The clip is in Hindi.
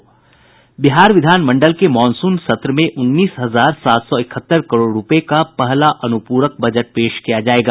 बिहार विधान मंडल के मॉनसून सत्र में उन्नीस हजार सात सौ इक्हत्तर करोड़ रुपये का पहला अनुपूरक बजट पेश किया जायेगा